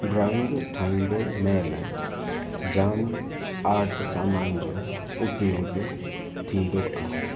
drawing ठाहींदे महिल जाम आर्ट सामान जो उपयोगु थींदो आहे